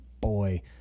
Boy